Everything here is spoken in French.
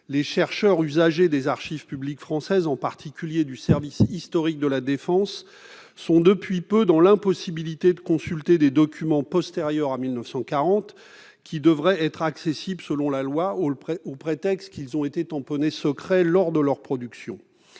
Les chercheurs usagers des archives publiques françaises, en particulier du service historique de la défense, sont depuis peu dans l'impossibilité de consulter des documents postérieurs à 1940 qui devraient être accessibles selon la loi, au prétexte qu'ils ont été tamponnés « secret » lors de leur production.